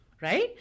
right